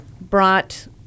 brought